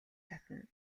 татна